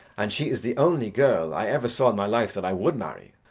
and she is the only girl i ever saw in my life that i would marry,